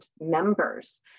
members